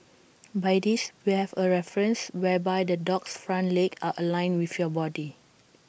by this we have A reference whereby the dog's front legs are aligned with your body